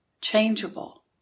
changeable